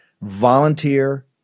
Volunteer